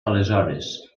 aleshores